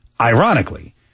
Ironically